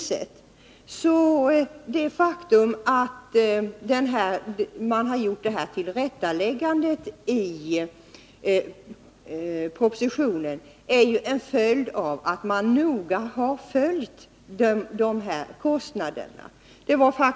Det 83 faktum att man har gjort ett tillrättaläggande i propositionen är en följd av att man noga har följt kostnaderna.